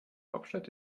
hauptstadt